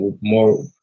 more